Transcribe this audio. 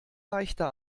leichter